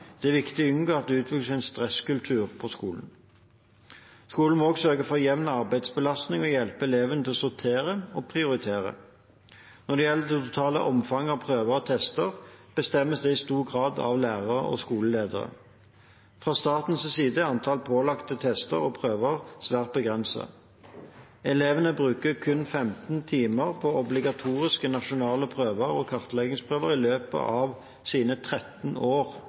Det er viktig å unngå at det utvikles en stresskultur på skolen. Skolene må også sørge for jevn arbeidsbelastning og hjelpe elevene til å sortere og prioritere. Når det gjelder det totale omfanget av prøver og tester, bestemmes det i stor grad av lærere og skoleledere. Fra statens side er antall pålagte tester og prøver svært begrenset. Elevene bruker kun 15 timer på obligatoriske nasjonale prøver og kartleggingsprøver i løpet av sine 13 år